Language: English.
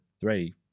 three